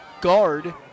guard